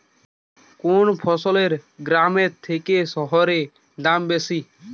কোন ফসলের গ্রামের থেকে শহরে দাম বেশি?